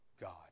God